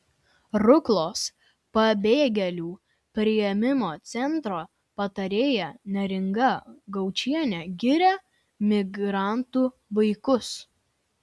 ruklos pabėgėlių priėmimo centro patarėja neringa gaučienė giria migrantų vaikus